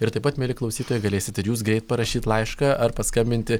ir taip pat mieli klausytojai galėsit ir jūs greit parašyt laišką ar paskambinti